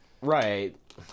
Right